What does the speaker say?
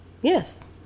yes